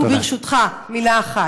וברשותך, מילה אחת.